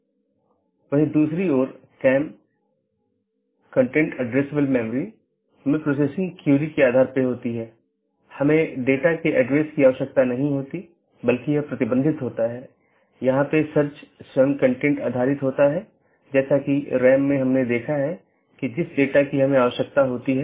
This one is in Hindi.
ऑटॉनमस सिस्टम के अंदर OSPF और RIP नामक प्रोटोकॉल होते हैं क्योंकि प्रत्येक ऑटॉनमस सिस्टम को एक एडमिनिस्ट्रेटर कंट्रोल करता है इसलिए यह प्रोटोकॉल चुनने के लिए स्वतंत्र होता है कि कौन सा प्रोटोकॉल उपयोग करना है